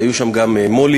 היו שם גם מו"לים.